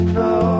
no